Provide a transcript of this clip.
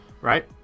right